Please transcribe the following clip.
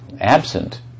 absent